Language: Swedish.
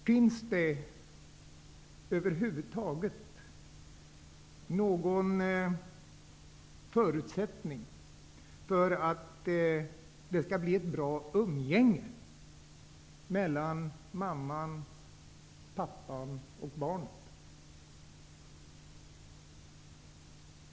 Finns det över huvud taget någon förutsättning för att det skall bli ett bra umgänge mellan mig, pappan och barnet?